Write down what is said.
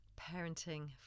Parenting